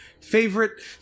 favorite